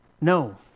no